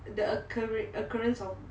the occurring the occurrence of